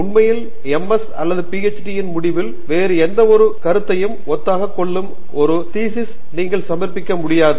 உண்மையில் MS அல்லது PhD இன் முடிவில் வேறு எந்தவொரு கருத்தையும் ஒத்ததாகக் கொள்ளும் ஒரு தீசிஸ் நீங்கள் சமர்ப்பிக்க முடியாது